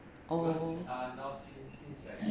oh